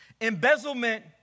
embezzlement